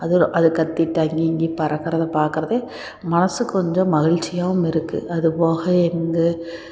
அதோ அது கத்திகிட்டு அங்கேயும் இங்கேயும் பறக்கிறத பாக்கிறது மனதுக்கு கொஞ்சம் மகிழ்ச்சியாகவும் இருக்கு அது போக எங்கள்